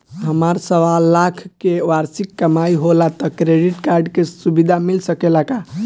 हमार सवालाख के वार्षिक कमाई होला त क्रेडिट कार्ड के सुविधा मिल सकेला का?